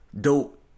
dope